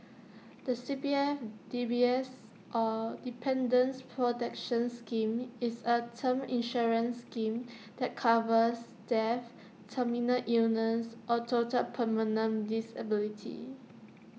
the C P F D P S or Dependant's protection scheme is A term insurance scheme that covers death terminal illness or total permanent disability